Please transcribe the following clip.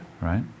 right